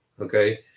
okay